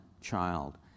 child